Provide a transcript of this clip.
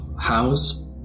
house